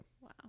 Wow